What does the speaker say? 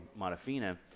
Modafina